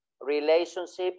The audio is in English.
relationships